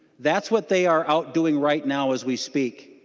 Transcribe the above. that's what they are out doing right now as we speak.